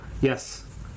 Yes